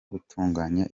gutunganya